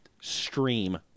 stream